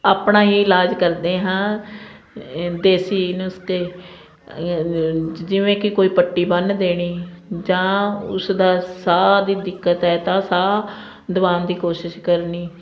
ਆਪਣਾ ਹੀ ਇਲਾਜ ਕਰਦੇ ਹਾਂ ਇ ਦੇਸੀ ਨੁਸਕੇ ਜਿਵੇਂ ਕਿ ਕੋਈ ਪੱਟੀ ਬੰਨ ਦੇਣੀ ਜਾਂ ਉਸਦਾ ਸਾਹ ਦੀ ਦਿੱਕਤ ਹੈ ਤਾਂ ਸਾਹ ਦਵਾਉਣ ਦੀ ਕੋਸ਼ਿਸ਼ ਕਰਨੀ